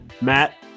Matt